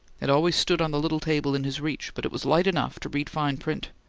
it always stood on the little table in his reach, but it was light enough to read fine print.